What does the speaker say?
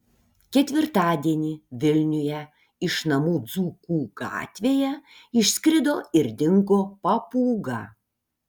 ketvirtadienį vilniuje iš namų dzūkų gatvėje išskrido ir dingo papūga